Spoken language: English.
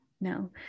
no